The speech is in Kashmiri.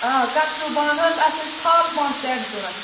آ کترِو بانہٕ حظ اَسہِ ٲسۍ تھالہٕ بانہٕ سٮ۪ٹ ضروٗرت